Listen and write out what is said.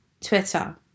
twitter